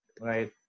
right